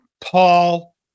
Paul